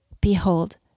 Behold